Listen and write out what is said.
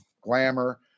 glamour